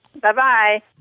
Bye-bye